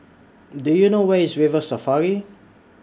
Do YOU know Where IS River Safari